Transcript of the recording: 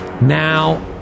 Now